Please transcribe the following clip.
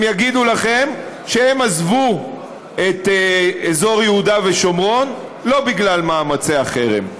הם יגידו לכם שהם עזבו את אזור יהודה ושומרון לא בגלל מאמצי החרם.